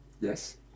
Yes